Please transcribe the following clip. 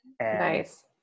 Nice